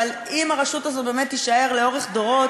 אבל אם הרשות הזאת באמת תישאר לאורך דורות,